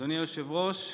אדוני היושב-ראש,